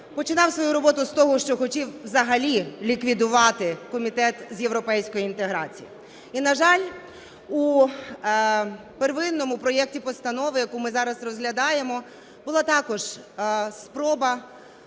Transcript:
починав свою роботу з того, що хотів взагалі ліквідувати Комітет з європейської інтеграції і, на жаль, у первинному проекті постанови, яку ми зараз розглядаємо, була також спроба,